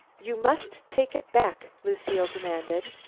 you must take it back, lucile demanded.